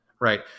right